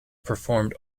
performed